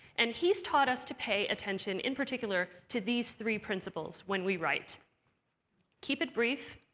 and he's taught us to pay attention in particular to these three principles when we write keep it brief,